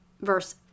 verse